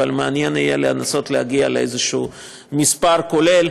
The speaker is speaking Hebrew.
אבל מעניין יהיה לנסות להגיע לאיזשהו מספר כולל.